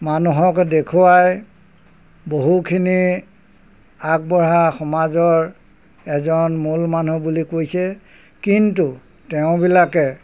মানুহক দেখুৱাই বহুখিনি আগবঢ়া সমাজৰ এজন মূল মানুহ বুলি কৈছে কিন্তু তেওঁবিলাকে